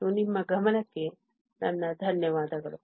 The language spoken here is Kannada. ಮತ್ತು ನಿಮ್ಮ ಗಮನಕ್ಕೆ ನಾನು ಧನ್ಯವಾದಗಳು